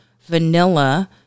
vanilla